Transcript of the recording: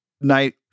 night